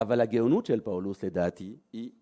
אבל הגאונות של פאולוס לדעתי היא